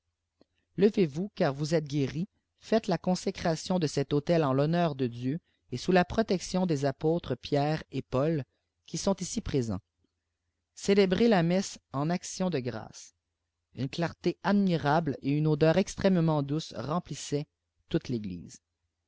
levez-vous car vous êtes guéri faites la consécration de cet autel en l'honneur de dieu et sous la protection des apôtres pierre et paul qui sont ici présents célébrez la messe en actions de grâce une clarté admirable et une odeur extrêmement douce remplissaient toute l'église